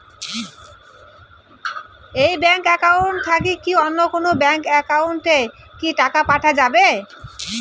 এই bank account থাকি কি অন্য কোনো ব্যাংক একাউন্ট এ কি টাকা পাঠা যাবে?